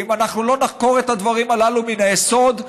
ואם אנחנו לא נחקור את הדברים הללו מן היסוד,